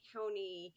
County